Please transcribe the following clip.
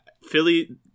Philly